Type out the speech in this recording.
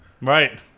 Right